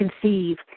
conceive